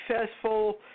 successful